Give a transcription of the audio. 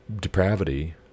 depravity